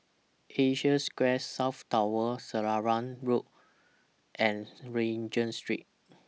Asia Square South Tower Selarang Park Road and Regent Street